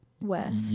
West